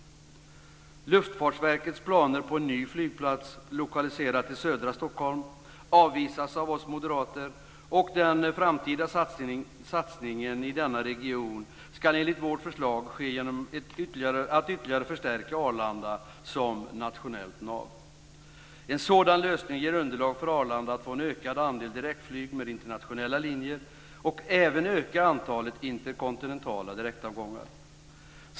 Luftfartsverkets planer på en ny flygplats, lokaliserad till södra Stockholm, avvisas av oss moderater. Den framtida satsningen i denna region ska enligt vårt förslag ske genom att ytterligare förstärka Arlanda som nationellt nav. En sådan lösning ger underlag för Arlanda att få en ökad andel direktflyg med internationella linjer och ökar även antalet interkontinentala direktavgångar.